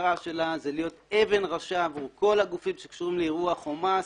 המטרה שלה היא להיות אבן ראשה עבור כל הגופים שקשורים לאירוע חומ"ס,